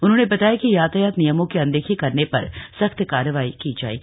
उन्होंने बताया कि यातायात नियमों की अनदेखी करने पर सख्त कार्रवाई की जाएगी